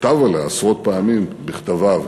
כתב עליה עשרות פעמים בכתביו,